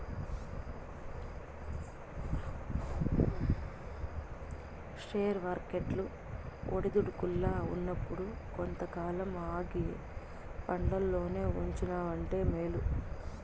share వర్కెట్లు ఒడిదుడుకుల్ల ఉన్నప్పుడు కొంతకాలం ఆగి పండ్లల్లోనే ఉంచినావంటే మేలు